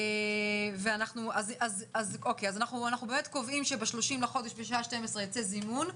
אנחנו קובעים שב-30 לחודש ייצא זימון,